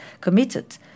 committed